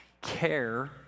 care